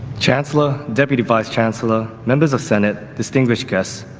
chancellor, deputy vice-chancellor, members of senate, distinguished guests,